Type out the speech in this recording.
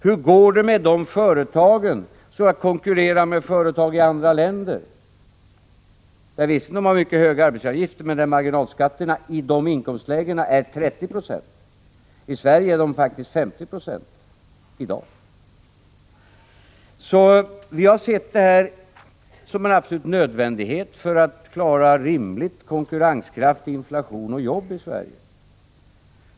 Hur går det med företagen som skall konkurrera med företag i andra länder? Visserligen har man i utlandet mycket höga arbetsgivaravgifter, men marginalskatterna i de ifrågavarande inkomstlägena ligger på 30 96. I Sverige rör det sig i dag faktiskt om 50 26. Därför har vi ansett att den här reformen är absolut nödvändig för att vi skall kunna bevara en rimlig konkurrenskraft och dessutom klara inflationen och jobben i Sverige.